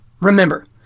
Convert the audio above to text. Remember